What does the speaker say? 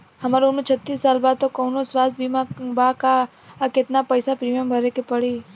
हमार उम्र छत्तिस साल बा त कौनों स्वास्थ्य बीमा बा का आ केतना पईसा प्रीमियम भरे के पड़ी?